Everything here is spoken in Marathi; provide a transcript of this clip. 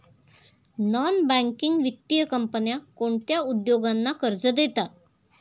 नॉन बँकिंग वित्तीय कंपन्या कोणत्या उद्योगांना कर्ज देतात?